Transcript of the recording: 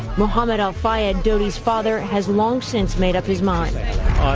mohammed al-fayad, dodi's father, has long since made up his mind.